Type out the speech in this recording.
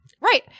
Right